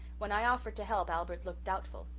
when i offered to help albert looked doubtful.